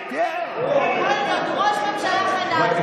הוא ראש ממשלה חדש,